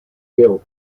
built